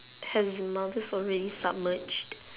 has maldives already submerged